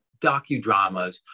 docudramas